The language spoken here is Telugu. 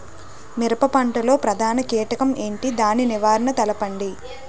మిరప పంట లో ప్రధాన కీటకం ఏంటి? దాని నివారణ తెలపండి?